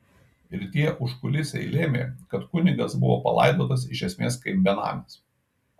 ir tie užkulisiai lėmė kad kunigas buvo palaidotas iš esmės kaip benamis